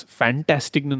fantastic